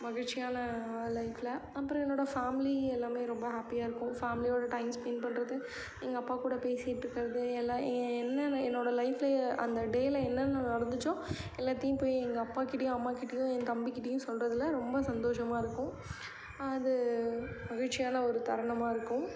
மகிழ்ச்சியான வேலை லைஃபில் அப்புறம் என்னோடய ஃபேமிலி எல்லாமே ரொம்ப ஹாப்பியாக இருக்கும் ஃபேமிலியோடு டைம் ஸ்பென்ட் பண்ணுறது எங்கள் அப்பா கூட பேசிகிட்டு இருக்கிறது எல்லாம் ஏ என்னென்ன என்னோடய லைஃபில் அந்த டேயில் என்னென்ன நடந்துச்சோ எல்லாத்தையும் போய் எங்கள் அப்பாகிட்டேயும் அம்மாகிட்டேயும் என் தம்பிகிட்டேயும் சொல்றதில் ரொம்ப சந்தோஷமாக இருக்கும் அது மகிழ்ச்சியான ஒரு தருணமாக இருக்கும்